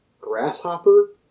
grasshopper